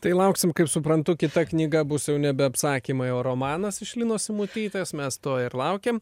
tai lauksim kaip suprantu kita knyga bus jau nebe apsakymai o romanas iš linos simutytės mes to ir laukiam